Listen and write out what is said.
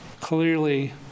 clearly